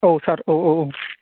औ सार औ औ